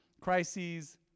crises